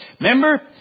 Remember